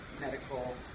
medical